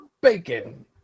bacon